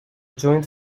joins